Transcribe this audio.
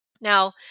now